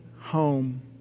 home